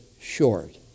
short